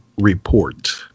report